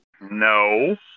No